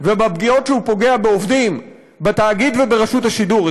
ובפגיעות שהוא פוגע בעובדים בתאגיד וברשות השידור.